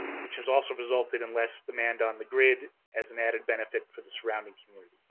which has also resulted in less demand on the grid as an added benefit for the surrounding community.